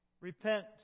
Repent